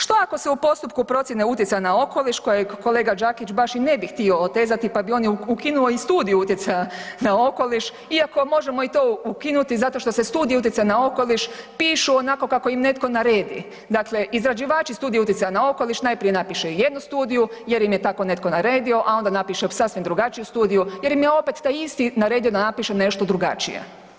Što ako se u postupku procjene utjecaja na okoliš koje kolega Đakić baš i ne bi htio otezati pa bi on ukinuo i studiju utjecaja na okoliš, iako možemo i ti ukinuti zato što se studija utjecaja na okoliš pišu onako kako im netko naredi, dakle izrađivači studija utjecaja na okoliš najprije napiše jednu studiju jer im je tako netko naredio a onda napiše sasvim drugačiju studiju jer im je opet taj isti naredio da napiše nešto drugačije.